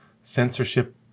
censorship